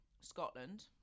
Scotland